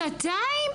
שנתיים